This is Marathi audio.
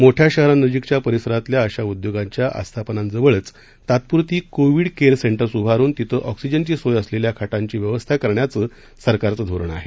मोठ्या शहरांनजीकच्या परिसरातल्या अशा उद्योगांच्या आस्थापनांजवळच तात्पुरती कोविड केअर सेंटर्स उभारुन तिथं ऑक्सीजनची सोय असलेल्या खाटांची व्यवस्था करण्याचं सरकारचं धोरण आहे